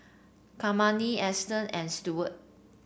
Kymani Easton and Stewart